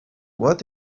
what